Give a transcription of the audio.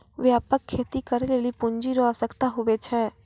व्यापक खेती करै लेली पूँजी रो आवश्यकता हुवै छै